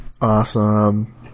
Awesome